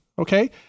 Okay